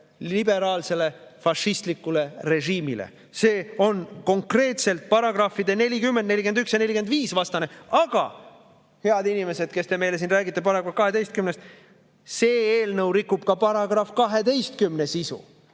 liberaalsele fašistlikule režiimile. See on konkreetselt §‑de 40, 41 ja 45 vastane, aga, head inimesed, kes te meile siin räägite §‑st 12, see eelnõu rikub ka § 12 sisu.